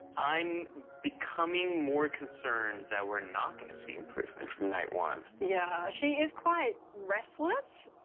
i'm becoming more concerned that we're not gonna see improvement from night one. yeah, she is quite restless.